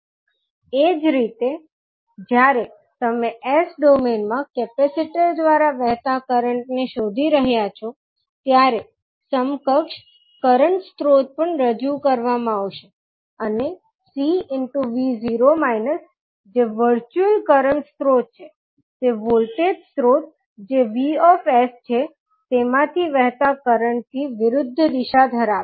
એ જ રીતે જ્યારે તમે S ડોમેઇન માં કેપેસિટર દ્વારા વહેતા કરંટ ને શોધી રહ્યાં છો ત્યારે સમકક્ષ કરંટ સ્રોત પણ રજૂ કરવામાં આવશે અને 𝐶𝑣 0− જે વર્ચ્યુઅલ કરંટ સ્રોત છે તે વોલ્ટેજ સ્ત્રોત જે 𝑉𝑠 છે તેમાંથી વહેતા કરંટથી વિરુદ્ધ દિશા ધરાવે